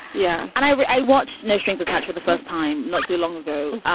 yeah. and i i watched no strings attached for the first time not too long ago.